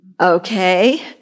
Okay